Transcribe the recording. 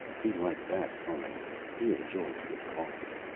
he liked that fine he enjoyed good coffee.